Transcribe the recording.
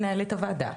מנהלת הוועדה.